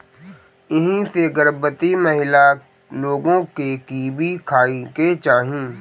एही से गर्भवती महिला लोग के कीवी खाए के चाही